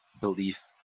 beliefs